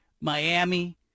Miami